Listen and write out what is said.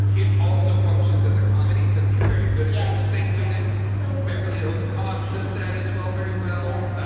it also functions as a comedy because he's very good at that. the same way that. so beverly hills cop does that as well. very well.